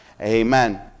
Amen